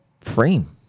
frame